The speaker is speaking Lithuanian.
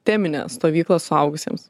teminę stovyklą suaugusiems